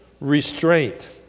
restraint